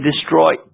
destroyed